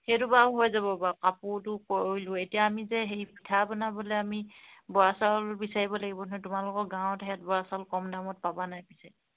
সেইটো বাৰু হৈ যাব বাৰু কাপোৰটো ক'লোঁ এতিয়া আমি যে হেৰি পিঠা বনাবলৈ আমি বৰা চাউল বিচাৰিব লাগিব নহয় তোমালোকৰ গাঁৱতহেঁত বৰা চাউল কম দামত পাবা নাই পিছে